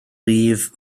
rhif